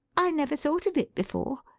i never thought of it before.